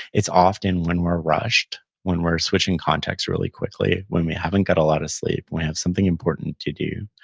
it's often when we're rushed, when we're switching contexts really quickly, when we haven't got a lot of sleep, when we have something important to do,